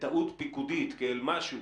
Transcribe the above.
לטעות פיקודית כאל משהו